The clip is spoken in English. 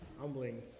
humbling